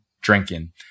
drinking